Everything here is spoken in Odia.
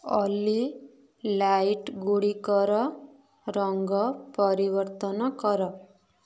ଅଲି ଲାଇଟ୍ଗୁଡ଼ିକର ରଙ୍ଗ ପରିବର୍ତ୍ତନ କର